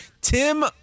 Tim